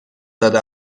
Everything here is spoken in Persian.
داده